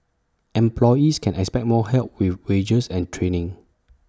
employees can expect more help with wages and training